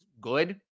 good